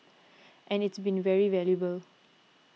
and it's been very valuable